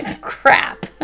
crap